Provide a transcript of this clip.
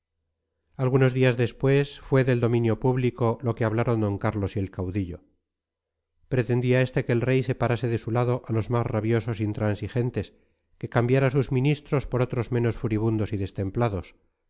algunos días después fue del dominio público lo que hablaron d carlos y el caudillo pretendía este que el rey separase de su lado a los más rabiosos intransigentes que cambiara sus ministros por otros menos furibundos y destemplados